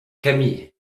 camille